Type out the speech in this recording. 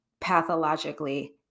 pathologically